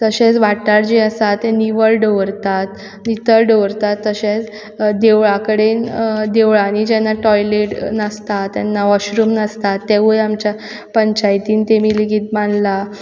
तशेंच वाठार जे आसा ते निवळ दवरतात नितळ दवरतात तशेंच देवळा कडेन देवळांनी जेन्ना टॉयलेट नासता तेन्ना वॉशरूम नासतात तेंवूय आमच्या पंचायतीन ताणी लेगीत बांदला